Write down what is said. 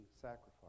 sacrifice